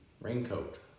raincoat